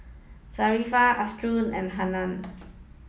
Zafran Asharaff and Hana